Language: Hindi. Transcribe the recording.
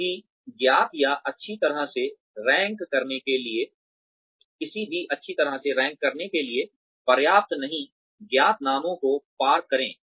किसी भी ज्ञात या अच्छी तरह से रैंक करने के लिए किसी भी अच्छी तरह से रैंक करने के लिए पर्याप्त नहीं ज्ञात नामों को पार करें